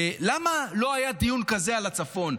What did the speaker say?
למה לא היה דיון כזה על הצפון,